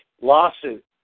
lawsuit